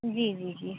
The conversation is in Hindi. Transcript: जी जी जी